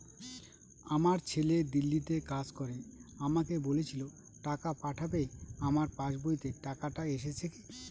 আমার ছেলে দিল্লীতে কাজ করে আমাকে বলেছিল টাকা পাঠাবে আমার পাসবইতে টাকাটা এসেছে কি?